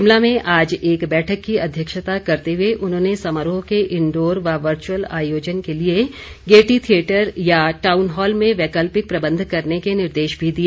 शिमला में आज एक बैठक की अध्यक्षता करते हुए उन्होंने समारोह के इंडोर व वर्चुअल आयोजन के लिए गेयटी थियेटर या टाउन हॉल में वैकल्पिक प्रबंध करने के निर्देश भी दिए